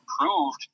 improved